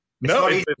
No